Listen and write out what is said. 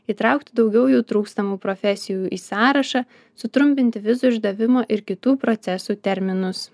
įtraukti daugiau jų trūkstamų profesijų į sąrašą sutrumpinti vizų išdavimo ir kitų procesų terminus